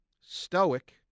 stoic